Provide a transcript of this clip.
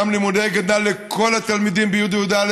גם לימודי גדנ"ע לכל התלמידים בי' וי"א,